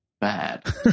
bad